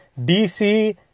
DC